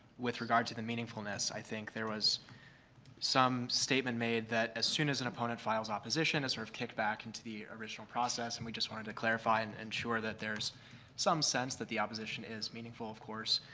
with regards to the meaningfulness, i think there was some statement made that as soon as an opponent files opposition and is sort of kicked back into the original process, and we just wanted to clarify and ensure that there's some sense that the opposition is meaningful, of course,